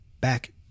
back